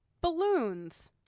Balloons